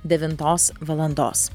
devintos valandos